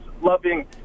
loving